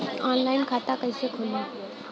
Online खाता कइसे खुली?